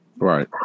Right